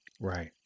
Right